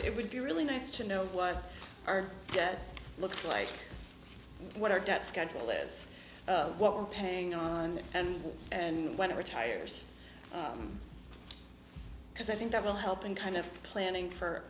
it would be really nice to know what our debt looks like what our debt schedule it's what we're paying on and and whatever tires because i think that will help in kind of planning for